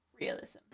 realism